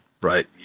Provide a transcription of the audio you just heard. Right